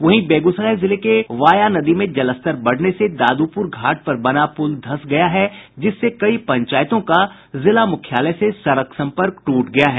वहीं बेगूसराय जिले के वाया नदी में जलस्तर बढ़ने से दादूपुर घाट पर बना पुल धंस गया है जिससे कई पंचायतों का जिला मुख्यालय से सड़क संपर्क टूट गया है